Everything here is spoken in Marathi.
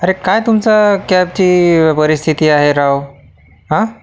अरे काय तुमचं कॅबची परिस्थिती आहे राव आ